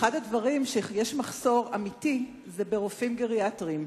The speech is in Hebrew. אחד הדברים שיש בהם מחסור אמיתי זה רופאים גריאטריים,